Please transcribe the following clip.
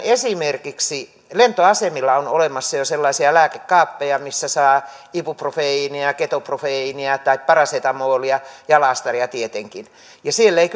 esimerkiksi lentoasemilla on jo olemassa sellaisia lääkekaappeja joista saa ibuprofeenia ja ketoprofeenia tai parasetamolia ja laastaria tietenkin ja siellä ei